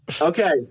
okay